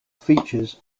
features